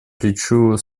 плечу